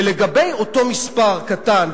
ולגבי אותו מספר קטן,